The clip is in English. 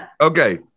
Okay